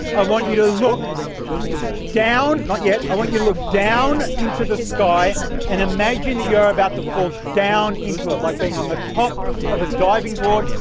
i want you to look down, not yet, i want you to look down into the sky and imagine that you're about to fall down into it, like being on the top of a diving board,